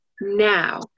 now